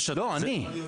לא, אני.